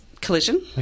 collision